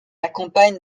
accompagne